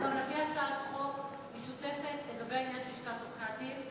גם נביא הצעת חוק משותפת לגבי העניין של לשכת עורכי-הדין.